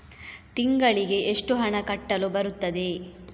ತಿಂಗಳಿಗೆ ಎಷ್ಟು ಹಣ ಕಟ್ಟಲು ಬರುತ್ತದೆ?